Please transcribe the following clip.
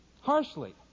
Harshly